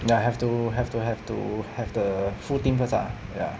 ya have to have to have to have the full team first ah ya